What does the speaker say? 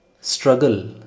struggle